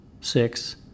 Six